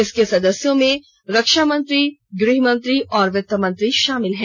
इसके सदस्यों में रक्षा मंत्री गृह मंत्री और वित्त मंत्री शामिल हैं